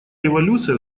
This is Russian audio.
революция